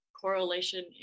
correlation